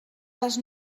les